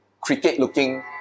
cricket-looking